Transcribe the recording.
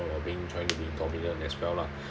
of being trying to be dominant as well lah